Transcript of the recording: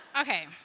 Okay